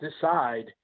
decide